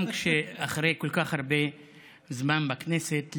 גם אחרי כל כך הרבה זמן בכנסת,